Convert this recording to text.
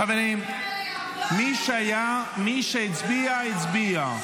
חברים, מי שהצביע הצביע.